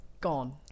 gone